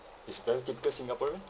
is very typical singaporean